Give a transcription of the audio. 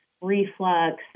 reflux